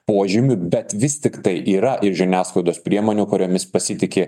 požymių bet vis tiktai yra ir žiniasklaidos priemonių kuriomis pasitiki